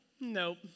nope